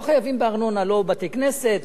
לא חייבים בארנונה לא בתי-כנסת,